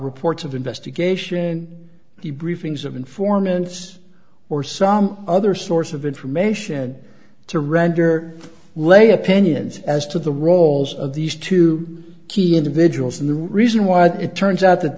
reports of investigation in the briefings of informants or some other source of information to render lay opinions as to the roles of these two key individuals and the reason why it turns out that